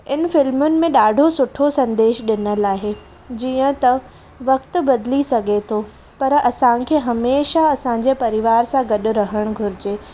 हिन फिल्मुनि में ॾाढो सुठो संदेश ॾिनल आहे जीअं त वक़्ति बदिली सघे थो पर असांखे हमेशह असांजे परिवार सां गॾु रहणु घुरिजे